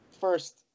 first